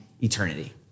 eternity